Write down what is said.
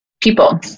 people